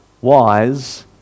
wise